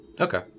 Okay